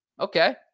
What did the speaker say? Okay